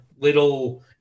little